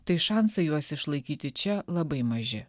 tai šansai juos išlaikyti čia labai maži